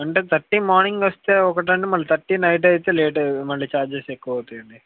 అంటే thirty morning వస్తే ఒకటండి మళ్ళీ థర్టీ నైట్ అయితే లేట్ మళ్ళీ ఛార్జెస్ ఎక్కువవుతాయండి